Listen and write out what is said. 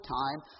time